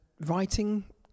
writing